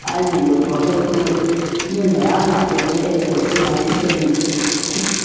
ꯑꯩꯅ ꯌꯣꯜꯂꯤꯕ ꯄꯣꯠꯇꯨ ꯅꯣꯏ ꯃꯌꯥꯝ ꯂꯥꯛꯇ꯭ꯔꯗꯤ ꯑꯩ ꯄꯣꯠꯇꯨ ꯀꯃꯥꯏꯅ ꯁꯤꯠꯀꯅꯤ